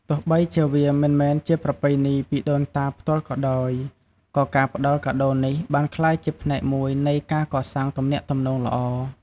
ទោះបីជាវាមិនមែនជាប្រពៃណីពីដូនតាផ្ទាល់ក៏ដោយ ក៏ការផ្តល់កាដូរនេះបានក្លាយជាផ្នែកមួយនៃការកសាងទំនាក់ទំនងល្អ។